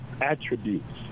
attributes